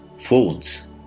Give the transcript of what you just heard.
phones